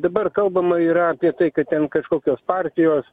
dabar kalbama yra apie tai kad ten kažkokios partijos